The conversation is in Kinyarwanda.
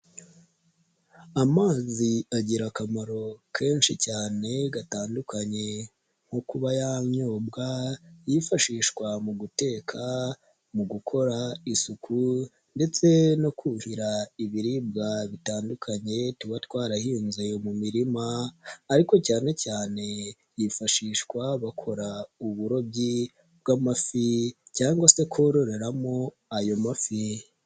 Amazi agira akamaro kenshi cyane gatandukanye nko kuba yanyobwa, yifashishwa mu guteka, mu gukora isuku ndetse no kuhira ibiribwa bitandukanye tuba twarahinze mu mirima ariko cyane cyane yifashishwa bakora uburobyi bw'amafi cyangwa se kororeramo ayo mafi.